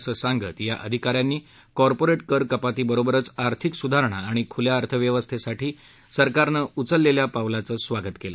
असं सांगत या अधिकाऱ्यांनी कॉर्पोरेट कर कपातीबरोबरच आर्थिक सुधारणा आणि खुल्या अर्थव्यवस्थेसाठी सरकारनं उचललेल्या पावलांचं स्वागत केलं